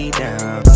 down